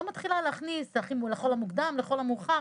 אני לא מתחילה להכניס לכל המוקדם או לכל המאוחר.